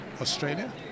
Australia